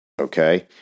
Okay